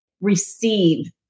receive